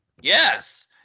Yes